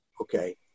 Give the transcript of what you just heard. Okay